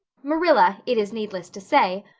marilla, it is needless to say,